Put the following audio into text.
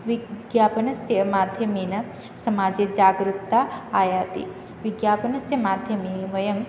विज्ञापनस्य माध्यमेन समाजे जागरूकता आयाति विज्ञापनस्य माध्यमे वयं